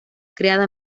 creada